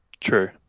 True